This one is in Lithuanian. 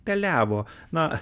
keliavo na